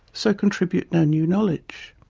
so contribute no new knowledge.